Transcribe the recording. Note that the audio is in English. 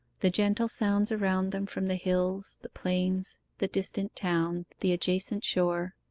the gentle sounds around them from the hills, the plains, the distant town, the adjacent shore,